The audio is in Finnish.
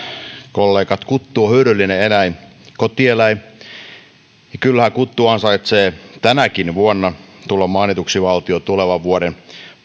kollegat kuttu on hyödyllinen kotieläin kotieläin ja kyllähän kuttu ansaitsee tänäkin vuonna tulla mainituksi valtion tulevan vuoden